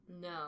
No